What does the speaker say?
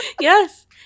yes